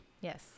yes